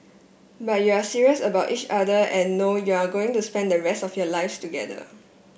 but you're serious about each other and know you're going to spend the rest of your live together